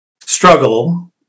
struggle